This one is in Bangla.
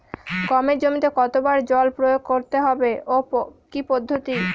গমের জমিতে কতো বার জল প্রয়োগ করতে হবে ও কি পদ্ধতিতে?